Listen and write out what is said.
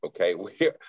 okay